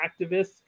activists